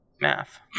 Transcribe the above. Math